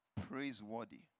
praiseworthy